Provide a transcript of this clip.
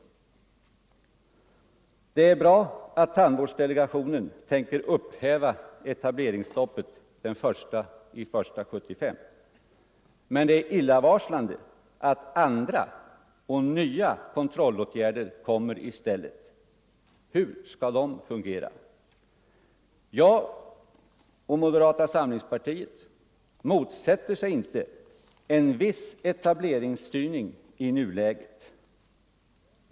Om upphävande av Det är bra att tandvårdsdelegationen tänker upphäva etableringsstoppet = etableringsstoppet den 1 januari 1975, men det är illavarslande att andra och nya kon = för tandläkare, trollåtgärder kommer i stället. Hur skall de fungera? Jag och övriga inom = Mm.m. moderata samlingspartiet motsätter oss inte en viss etableringsstyrning i nuläget.